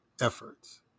efforts